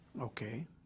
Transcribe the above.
okay